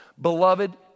Beloved